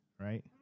right